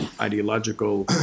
ideological